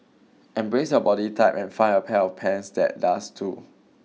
embrace your body type and find a pair of pants that does too